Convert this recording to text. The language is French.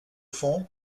fond